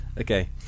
Okay